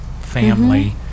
family